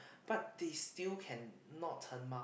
but they still can not turn up